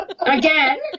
Again